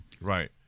Right